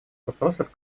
вопросов